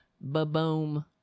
Ba-boom